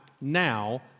now